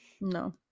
No